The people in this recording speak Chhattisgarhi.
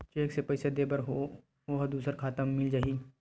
चेक से पईसा दे बर ओहा दुसर खाता म मिल जाही?